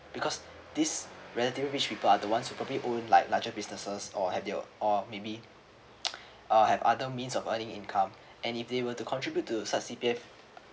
because this relatively rich people are the ones who probably own like larger businesses or have their or maybe uh have other means of earning income and if they were to contribute to such C_P_F